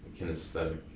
kinesthetic